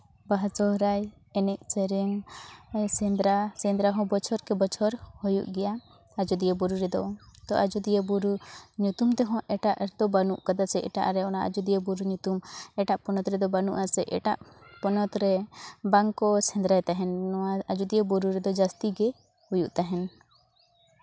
ᱵᱟᱦᱟ ᱥᱚᱦᱨᱟᱭ ᱮᱱᱮᱡ ᱥᱮᱨᱮᱧ ᱥᱮᱸᱫᱽᱨᱟ ᱥᱮᱸᱫᱽᱨᱟ ᱦᱚᱸ ᱵᱚᱪᱷᱚᱨ ᱠᱮ ᱵᱚᱪᱷᱚᱨ ᱦᱩᱭᱩᱜ ᱜᱮᱭᱟ ᱟᱡᱳᱫᱤᱭᱟᱹ ᱵᱩᱨᱩ ᱨᱮᱫᱚ ᱛᱚ ᱟᱡᱳᱫᱤᱭᱟᱹ ᱵᱩᱨᱩ ᱧᱩᱛᱩᱢ ᱛᱮᱦᱚᱸ ᱮᱴᱟᱜ ᱨᱮᱫᱚ ᱵᱟᱹᱱᱩᱜ ᱠᱟᱫᱟ ᱥᱮ ᱮᱴᱟᱜ ᱨᱮ ᱚᱱᱟ ᱟᱡᱳᱫᱤᱭᱟᱹ ᱵᱩᱨᱩ ᱧᱩᱛᱩᱢ ᱮᱴᱟᱜ ᱯᱚᱱᱚᱛ ᱨᱮᱫᱚ ᱵᱟᱹᱱᱩᱜ ᱟᱥᱮ ᱮᱴᱟᱜ ᱯᱚᱱᱚᱛ ᱨᱮ ᱵᱟᱝᱠᱚ ᱥᱮᱸᱫᱽᱨᱟᱭ ᱛᱟᱦᱮᱱ ᱱᱚᱣᱟ ᱟᱡᱳᱫᱤᱭᱟᱹ ᱵᱩᱨᱩ ᱨᱮᱫᱚ ᱡᱟᱹᱥᱛᱤ ᱜᱮ ᱦᱩᱭᱩᱜ ᱛᱟᱦᱮᱱ